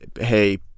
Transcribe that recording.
hey